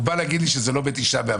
הוא בא להגיד לי שזה לא בתשעה באב.